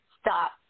stop